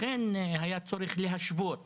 לכן היה צורך להשוות